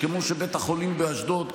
זה כמו שבית החולים באשדוד,